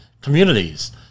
communities